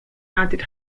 added